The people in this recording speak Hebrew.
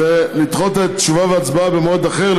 שתשובה והצבעה במועד אחר,